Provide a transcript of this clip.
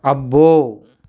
అబ్బో